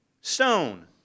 stone